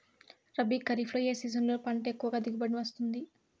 రబీ, ఖరీఫ్ ఏ సీజన్లలో పంట ఎక్కువగా దిగుబడి వస్తుంది